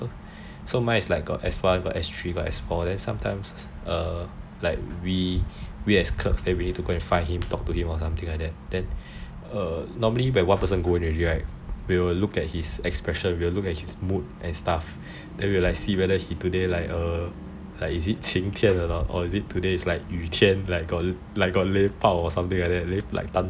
so mine is like got S one S three S four then sometimes we as clerks need to go find him talk to him or something like that then normally when one person go in already right we'll look at his expression and see his mood and stuff and see whether he today he like err like is it 晴天 or not or is it today like 雨天 like got like got 雷暴 or something